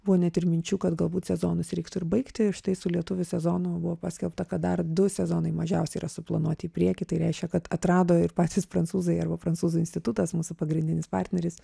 buvo net ir minčių kad galbūt sezonus reiktų ir baigti štai su lietuvių sezonu buvo paskelbta kad dar du sezonai mažiausiai yra suplanuoti į priekį tai reiškia kad atrado ir patys prancūzai arba prancūzų institutas mūsų pagrindinis partneris